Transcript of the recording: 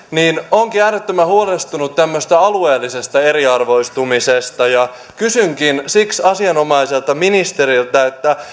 olenkin äärettömän huolestunut tämmöisestä alueellisesta eriarvoistumisesta ja kysynkin siksi asianomaiselta ministeriltä